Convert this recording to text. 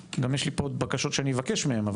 גם יש לי פה בקשות שאבקש מהם.